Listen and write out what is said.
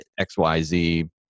XYZ